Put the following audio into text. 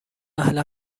اهل